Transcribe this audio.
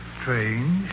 Strange